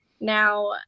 now